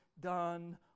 done